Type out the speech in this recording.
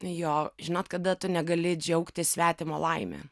jo žinot kada tu negali džiaugtis svetimo laime